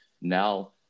now